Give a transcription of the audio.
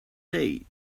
day